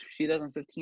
2015